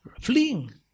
fleeing